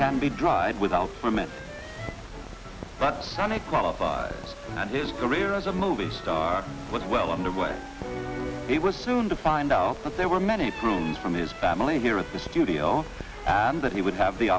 can be dried without a permit but santa qualified and his career as a movie star was well underway it was soon to find out that there were many prunes from his family here at the studio and that he would have the